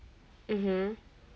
mmhmm